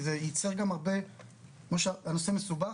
הנושא מסובך,